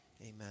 Amen